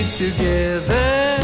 together